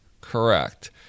Correct